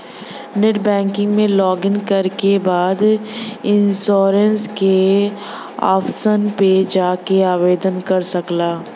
net banking में login करे के बाद इन्शुरन्स के ऑप्शन पे जाके आवेदन कर सकला